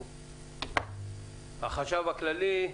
החשב הכללי,